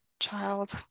child